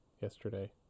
yesterday